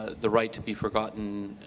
the right to be forgotten